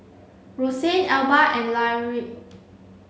Rosanne Elba and Lyric